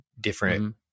different